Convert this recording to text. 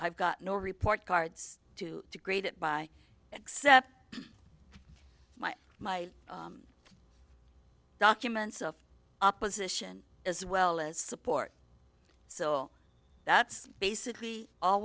i've got no report cards to degrade it by except my my documents of opposition as well as support so that's basically all